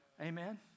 Amen